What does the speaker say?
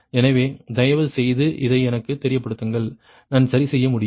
எனவே தயவு செய்து இதை எனக்குத் தெரியப்படுத்துங்கள் நான் சரிசெய்ய முடியும்